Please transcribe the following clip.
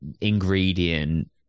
ingredient